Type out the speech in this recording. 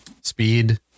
speed